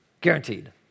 guaranteed